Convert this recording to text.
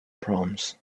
proms